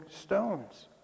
stones